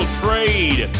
trade